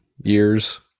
years